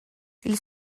ils